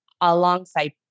alongside